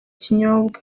kinyobwa